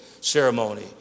ceremony